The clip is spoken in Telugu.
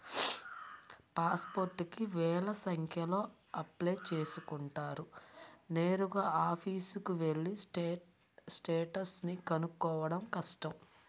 పాస్ పోర్టుకి వేల సంఖ్యలో అప్లై చేసుకుంటారు నేరుగా ఆఫీసుకెళ్ళి స్టేటస్ ని కనుక్కోడం కష్టం